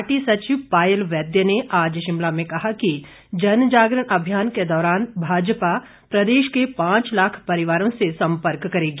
party सचिव पायल वैद्य ने आज शिमला में कहा कि जनजागरण अभियान के दौरान भाजपा प्रदेश के पांच लाख परिवारों से संपर्क करेगी